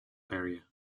area